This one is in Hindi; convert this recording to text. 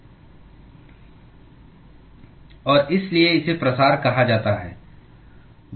और इसलिए इसे प्रसार कहा जाता है